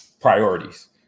priorities